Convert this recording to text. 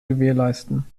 gewährleisten